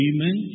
Amen